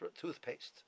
toothpaste